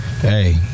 hey